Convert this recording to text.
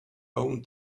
own